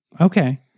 Okay